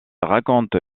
raconte